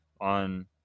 on